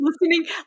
listening